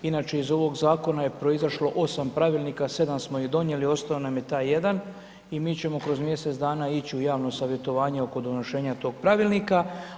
Inače iz ovog zakona je proizašlo 8 pravilnika, 7 smo donijeli, ostao nam je taj jedan i mi ćemo kroz mjesec dana ići u javno savjetovanje oko donošenja tog pravilnika.